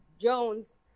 Jones –